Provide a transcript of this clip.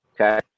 okay